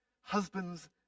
husbands